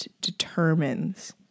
determines